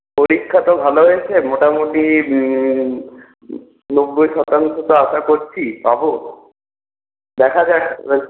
পরীক্ষা তো ভালো হয়েছে মোটামোটি নব্বই শতাংশ তো আশা করছি পাবো দেখা যাক এবার